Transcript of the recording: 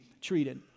treated